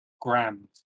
grams